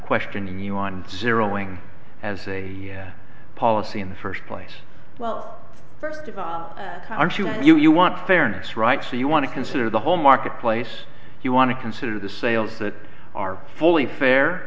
questioning you on zeroing as a policy in the first place well first of all you want fairness right so you want to consider the whole marketplace you want to consider the sales that are fully fair